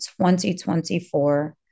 2024